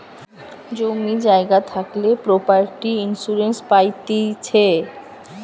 জমি জায়গা থাকলে প্রপার্টি ইন্সুরেন্স পাইতিছে